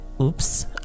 Oops